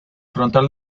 frontal